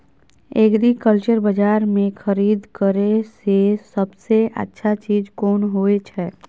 Agriculture बाजार में खरीद करे से सबसे अच्छा चीज कोन होय छै?